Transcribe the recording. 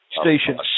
station